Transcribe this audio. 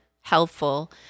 helpful